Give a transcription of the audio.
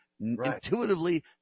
intuitively